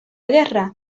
guerra